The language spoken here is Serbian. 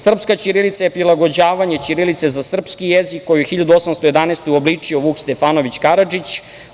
Srpska ćirilica je prilagođavanje ćirilice za srpski jezik koju je 1811. godine uobličio Vuk Stefanović Karadžić.